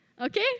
okay